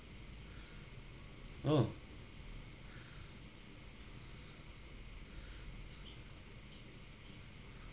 oh